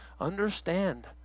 understand